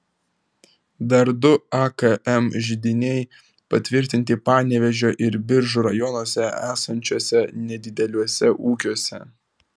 dar du akm židiniai patvirtinti panevėžio ir biržų rajonuose esančiuose nedideliuose ūkiuose